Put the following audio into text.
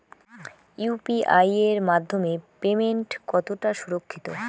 UPI এর মাধ্যমে payment কতটা সুরক্ষিত?